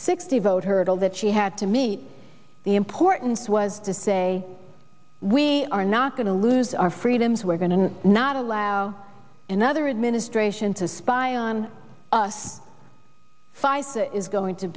sixty vote hurdle that she had to meet the importance was to say we are not going to lose our freedoms we're going to not allow another administration to spy on us is going to